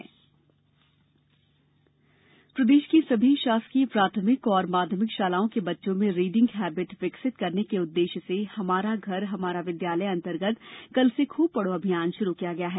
खूब पढ़ो अभियान प्रदेश की सभी शासकीय प्राथमिक और माध्यमिक शालाओं के बच्चों में रीडिंग हैबिट विकसित करने के उद्देश्य से हमारा घर हमारा विद्यालय अंतर्गत कल से खूब पढ़ो अभियान षुरू किया गया है